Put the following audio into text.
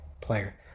player